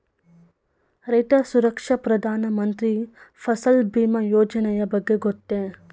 ರೈತ ಸುರಕ್ಷಾ ಪ್ರಧಾನ ಮಂತ್ರಿ ಫಸಲ್ ಭೀಮ ಯೋಜನೆಯ ಬಗ್ಗೆ ಗೊತ್ತೇ?